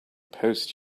post